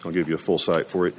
i'll give you a full cite for it